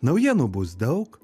naujienų bus daug